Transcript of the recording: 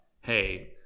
hey